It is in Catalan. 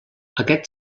aquest